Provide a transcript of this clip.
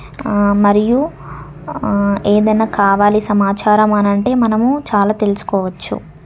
మరియు ఏదైనా కావాలి సమాచారం అని అంటే మనము చాలా తెలుసుకోవచ్చు